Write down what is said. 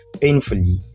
painfully